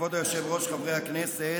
כבוד היושב-ראש, חברי הכנסת,